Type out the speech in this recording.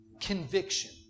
conviction